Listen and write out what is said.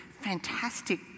fantastic